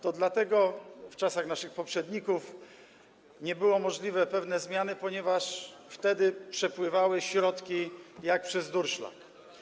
To dlatego w czasach naszych poprzedników nie były możliwe pewne zmiany - ponieważ wtedy przepływały środki jak przez durszlak.